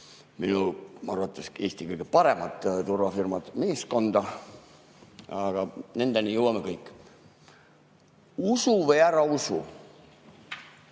minu arvates Eesti kõige paremat turvafirmat Meeskond. Aga nendeni jõuame ...Usu või ära usu,